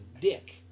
dick